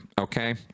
okay